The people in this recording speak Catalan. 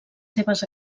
seves